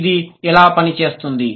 ఇది ఎలా పని చేస్తుంది